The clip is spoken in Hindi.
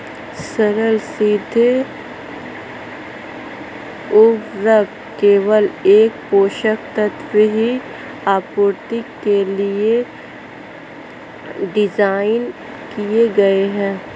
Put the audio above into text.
सरल सीधे उर्वरक केवल एक पोषक तत्व की आपूर्ति के लिए डिज़ाइन किए गए है